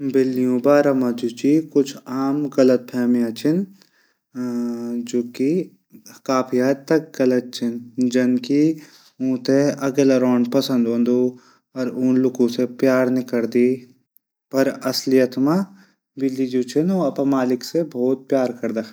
बिल्लियों बार मा जू आम गलतफहमियां च जूकि काफी हद तक गलत छन जनकी ऊंथे अकेल रैणू पःसद हूदू। ऊ लूकू से प्यार नी करदी। और असलियत मा बिल्ली अपड मालिक से बहुत प्यार करदी।